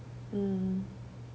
mm